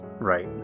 right